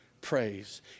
praise